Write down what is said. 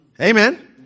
Amen